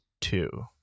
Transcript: two